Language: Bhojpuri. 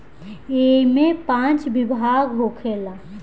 ऐइमे पाँच विभाग होखेला